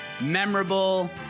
memorable